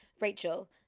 Rachel